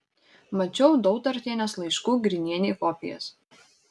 mačiau dautartienės laiškų grinienei kopijas